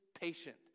patient